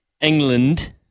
England